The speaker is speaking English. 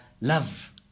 love